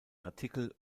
artikel